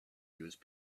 use